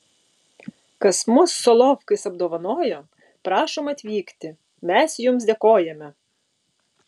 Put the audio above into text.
kas mus solovkais apdovanojo prašom atvykti mes jums dėkojame